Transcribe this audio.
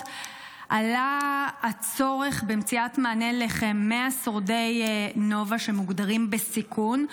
עלה הצורך במציאת מענה לכ-100 שורדי נובה שמוגדרים בסיכון,